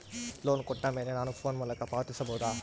Loan ಕೊಟ್ಟ ಮೇಲೆ ನಾನು ಫೋನ್ ಮೂಲಕ ಪಾವತಿಸಬಹುದಾ?